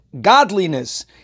godliness